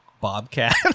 Bobcat